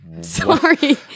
Sorry